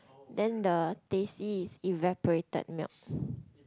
then the teh C evaporated milk